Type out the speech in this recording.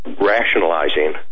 rationalizing